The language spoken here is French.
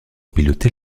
piloter